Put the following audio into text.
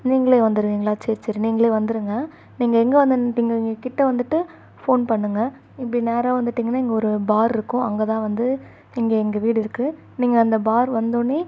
நீங்களே வந்துடுவீங்களா சரி சரி நீங்களே வந்துடுங்க நீங்கள் எங்கே வந்து நின்னுட்டிங்கள் இங்கே கிட்ட வந்துட்டு ஃபோன் பண்ணுங்கள் இப்படி நேராக வந்துட்டீங்கன்னால் இங்கே ஒரு பார் இருக்கும் அங்கேதான் வந்து இங்கே எங்கள் வீடு இருக்குது நீங்கள் அந்த பார் வந்தோடன்னே